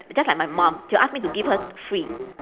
just like my mum she'll ask me to give her free